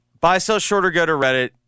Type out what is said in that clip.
Buy-sell-short-or-go-to-reddit